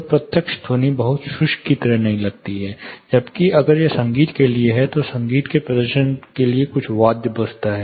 तो प्रत्यक्ष ध्वनि बहुत शुष्क की तरह नहीं लगती है जबकि अगर यह संगीत के लिए है तो संगीत के प्रदर्शन के लिए कुछ वाद्य बजता है